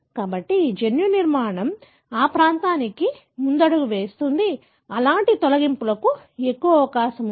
కాబట్టి ఆ జన్యు నిర్మాణం ఆ ప్రాంతానికి ముందడుగు వేస్తుంది అలాంటి తొలగింపులకు ఎక్కువ అవకాశం ఉంది